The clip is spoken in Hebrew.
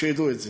שידעו את זה: